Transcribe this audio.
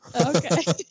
Okay